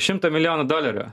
šimtą milijonų dolerių